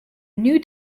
new